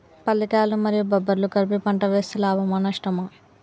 పల్లికాయలు మరియు బబ్బర్లు కలిపి పంట వేస్తే లాభమా? నష్టమా?